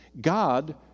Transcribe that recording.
God